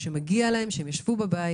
שמגיע להם שהם ישבו בבית.